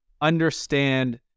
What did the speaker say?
understand